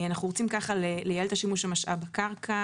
אנחנו רוצים ככה לייעל את שימוש במשאב הקרקע.